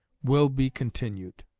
will be continued.